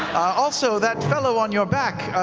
also, that fellow on your back,